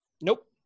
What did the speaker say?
Nope